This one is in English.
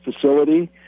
facility